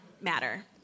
matter